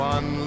One